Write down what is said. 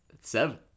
Seven